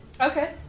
Okay